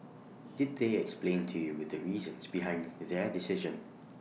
did they explain to you the reasons behind their decision